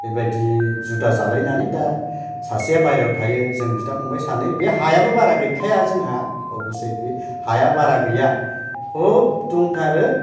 बेबायदि जुदा जालायनानै दा सासेया बायहेरायाव थायो जों बिदा फंबाइ सानै बे हायाबो बारा गैखाया जोंहा अब्यसे बे हाया बारा गैया खुब दंथारो